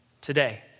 today